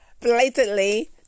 blatantly